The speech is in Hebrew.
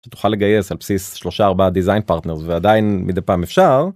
תוכל לגייס על בסיס שלושה, ארבעה design partners ועדיין מדי פעם אפשר.